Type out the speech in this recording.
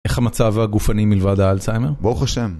איך המצב הגופני מלבד האלציימר? ברוך השם.